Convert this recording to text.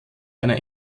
einer